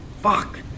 Fuck